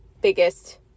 Biggest